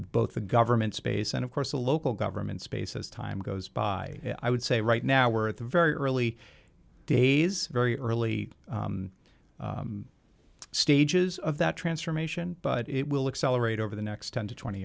both the government space and of course a local government space as time goes by i would say right now we're at the very early days very early stages of that transformation but it will accelerate over the next ten to twenty